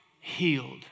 healed